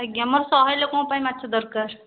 ଆଜ୍ଞା ଆମର ଶହେ ଲୋକଙ୍କ ପାଇଁ ମାଛ ଦରକାର